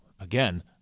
again